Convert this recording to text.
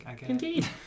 Indeed